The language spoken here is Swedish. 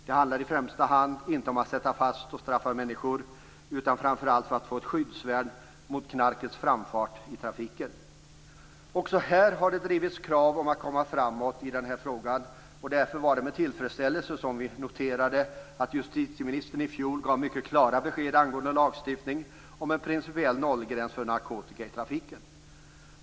Det handlar inte i första hand om att sätta fast och straffa människor, utan det handlar framför allt om att få ett skyddsvärn mot knarkets framfart i trafiken. Också i det här fallet har det drivits krav om att man skall komma framåt i den här frågan. Därför noterade vi med tillfredsställelse att justitieministern i fjol gav mycket klara besked angående lagstiftning om en principiell nollgräns för narkotika i trafiken.